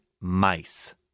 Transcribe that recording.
mice